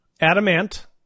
Adamant